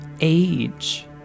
age